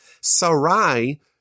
Sarai